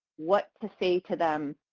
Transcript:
what to say to them